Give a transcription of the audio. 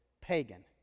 pagan